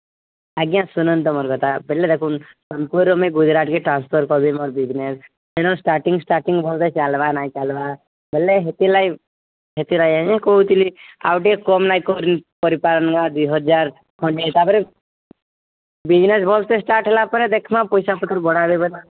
ଆଜ୍ଞା ଶୁଣନ୍ତୁ ଭଲ କଥା ବୁଲେ ଦେଖୁନ ଆମେ ଗୁଜରାଟକେ ଟ୍ରାନ୍ସଫର୍ କରିବି ମୋର ବିଜନେସ୍ ହେନୁ ଷ୍ଟାର୍ଟିଙ୍ଗ ଷ୍ଟାର୍ଟିଙ୍ଗ ଭଲ ଚାଲବା ନାଇଁ ଚାଲବା ବୁଲେ ଏଥିଲାଗି ଏଥିଲାଗି ଆଜ୍ଞା କହୁଥିଲି ଆଉ ଟିକେ କମ ନାଇଁ କରି କରିପାରୁନ ଦୁଇ ହଜାର ତା'ପରେ ବିଜନେସ୍ ଭଲସେ ଷ୍ଟାର୍ଟ ହେଲା ପରେ ଦେଖମା ପଇସା ପତର ବଢ଼ାଇଦେବେ